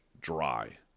dry